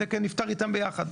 התקן נפטר איתם ביחד.